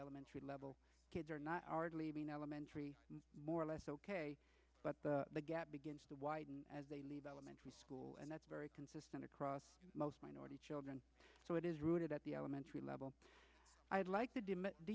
elementary level kids are not art leaving elementary more or less ok but the gap begins to widen as they leave elementary school and that's very consistent across most minority children so it is rooted at the elementary level i'd like to do